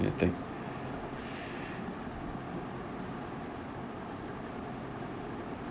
need to think